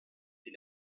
die